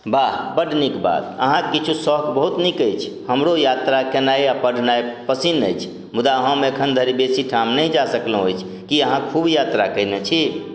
बाह बड्ड नीक बात अहाँक किछु शौक बहुत नीक अछि हमरो यात्रा केनाइ आ पढ़ेनाइ पसीन अछि मुदा हम एखन धरि बेसी ठाम नहि जा सकलहुॅं अछि की अहाँ खूब यात्रा कयने छी